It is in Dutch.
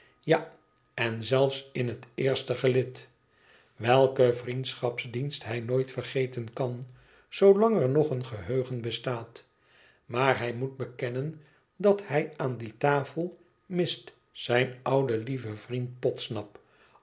ja en zels in het eerste gelid welken vriendschapsdienst hij nooit vergeten kan zoolang er nog een geheugen bestaat maar hij moét bekennen dat hij aan die tafel mist zijn ouden lieven vriend podsnap